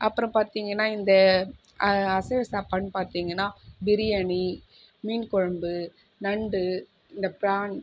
அப்புறம் பார்த்தீங்கன்னா இந்த அசைவ சாப்பாடுன்னு பார்த்தீங்கன்னா பிரியாணி மீன்கொழம்பு நண்டு இந்த ப்ரான்